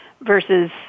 versus